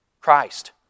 christ